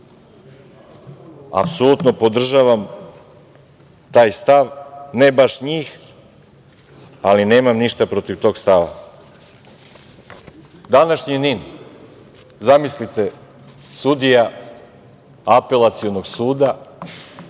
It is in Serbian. Apsolutno podržavam taj stav, ne baš njih, ali nemam ništa protiv tog stava. Današnji NIN, zamislite, sudija Apelacionog suda